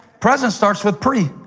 presence starts with pre.